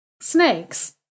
snakes